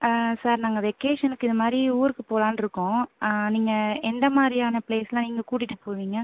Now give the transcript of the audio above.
sir நாங்கள் வெக்கேஷனுக்கு இதுமாதிரி ஊருக்கு போகலான்னுருக்கோம் நீங்கள் எந்த மாரியான ப்ளேஸெலாம் எங்களை கூட்டிகிட்டு போவீங்கள்